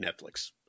Netflix